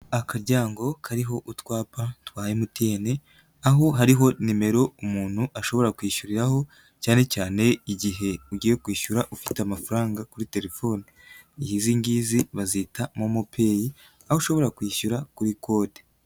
Akaryango kariho utwapa twa MTN, aho hariho nimero umuntu ashobora kwishyuriraho, cyane cyane igihe ugiye kwishyura ufite amafaranga kuri telefoni. Izi ngizi bazita Momo pay, aho ushobora kwishyura kuri kode.